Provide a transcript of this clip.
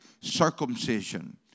circumcision